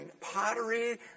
pottery